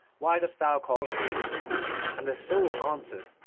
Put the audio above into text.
why dost thou call to me and the soul answered,